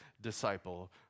disciple